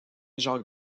jacques